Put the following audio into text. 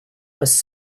was